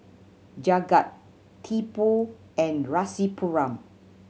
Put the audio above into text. Jagat Tipu and Rasipuram